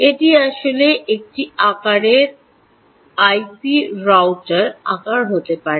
এটি আসলে একটি আকারের আইপি রাউটারের আকার হতে পারে